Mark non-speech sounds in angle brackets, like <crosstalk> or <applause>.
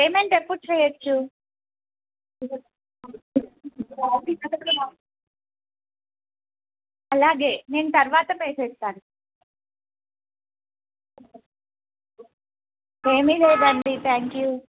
payment ఎప్పుడు చేయొచ్చు <unintelligible> అలాగే నేను తర్వాత పే చేస్తాను ఏమీ లేదండి థ్యాంక్ యూ